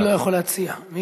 זה השר, אדוני לא יכול להציע.